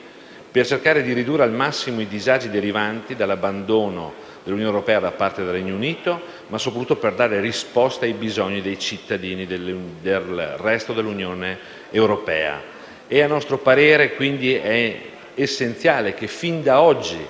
per cercare di ridurre al massimo i disagi derivanti dall'abbandono dell'Unione europea da parte del Regno Unito, ma soprattutto per dare risposte ai bisogni dei cittadini del resto dell'Unione. A nostro parere, quindi, è essenziale che, fin da oggi,